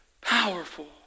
powerful